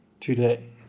today